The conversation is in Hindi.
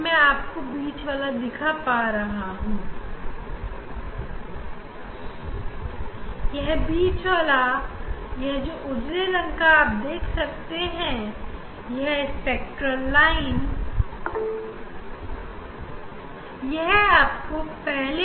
यहां पर आप केंद्र में सफेद रंग का स्पेक्ट्रा देख पा रहे होंगे अगर आप इससे बाएं तरफ जाएं तो आपको पहला ऑर्डर का स्पेक्ट्रम मिलेगा